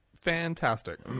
Fantastic